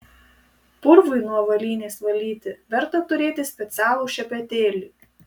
purvui nuo avalynės valyti verta turėti specialų šepetėlį